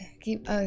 keep